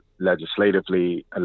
legislatively